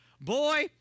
Boy